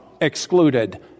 excluded